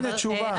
תודה רבה.